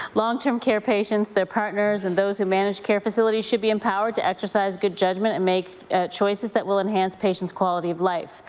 long-term care patients, their partners and those who manage care facilities should be empowered to exercise good judgment and make choices that will enhance patients' quality of life.